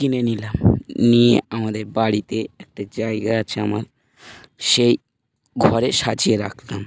কিনে নিলাম নিয়ে আমাদের বাড়িতে একটা জায়গা আছে আমার সেই ঘরে সাজিয়ে রাখলাম